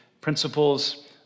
principles